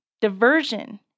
Diversion